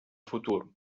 futur